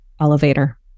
elevator